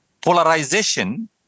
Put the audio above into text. polarization